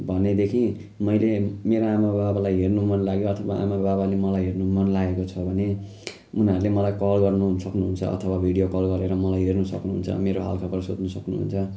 भनेदेखि मैले मेरा आमा बाबालाई हेर्नु मन लाग्यो अथवा आमा बाबाले मलाई हेर्नु मन लागेको छ भने उनीहरूले मलाई कल गर्नु हुन्छ अथवा भिडियो कल गरेर मलाई हेर्न सक्नु हुन्छ मेरो हाल खबर सोध्न सक्नु हुन्छ